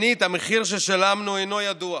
שנית, המחיר ששילמנו אינו ידוע.